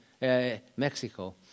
Mexico